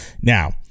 now